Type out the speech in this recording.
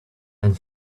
and